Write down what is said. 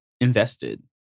invested